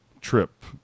trip